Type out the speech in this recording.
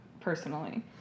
personally